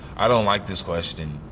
i don't like this question.